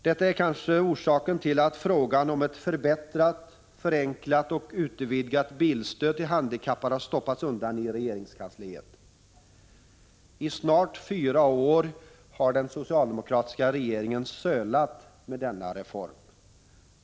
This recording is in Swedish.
Detta är kanske orsaken till att frågan om ett förbättrat, förenklat och utvidgat bilstöd till handikappade har stoppats undan i regeringskansliet. I snart fyra år har den socialdemokratiska regeringen sölat med denna reform.